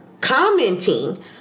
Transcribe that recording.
commenting